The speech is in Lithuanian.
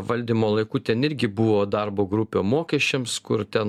valdymo laiku ten irgi buvo darbo grupė mokesčiams kur ten